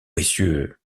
messieurs